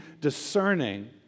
discerning